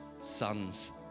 sons